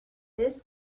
this